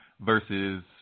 versus